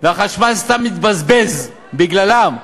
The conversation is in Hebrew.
והחשמל סתם מתבזבז, בגללם.